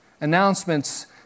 Announcements